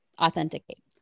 authenticate